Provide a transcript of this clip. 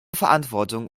verantwortung